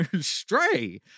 Stray